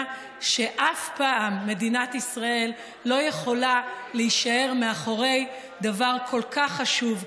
שאף פעם מדינת שישראל לא יכולה להישאר מאחור בדבר כל כך חשוב,